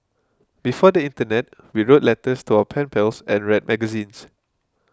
before the internet we wrote letters to our pen pals and read magazines